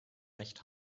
recht